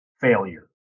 failure